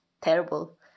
terrible